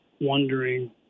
wondering